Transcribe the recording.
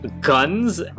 guns